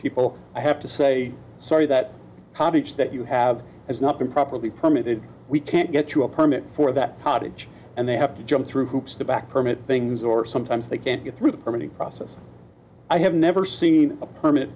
people i have to say sorry that cottage that you have has not been properly permitted we can't get you a permit for that party and they have to jump through hoops to back permit things or sometimes they can't get through the permitting process i have never seen a permanent